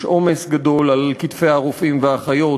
יש עומס גדול על כתפי הרופאים והאחיות,